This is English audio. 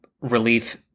relief